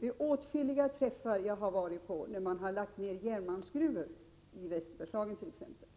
Vid åtskilliga träffar som jag har varit på när man har lagt ned järnmalmsgruvor, i Västerbergslagen t.ex., har det sagts mig